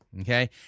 okay